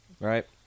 right